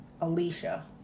Alicia